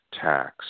tax